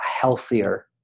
healthier